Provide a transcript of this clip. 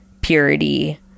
purity